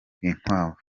rwinkwavu